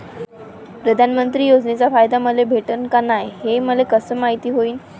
प्रधानमंत्री योजनेचा फायदा मले भेटनं का नाय, हे मले कस मायती होईन?